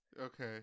Okay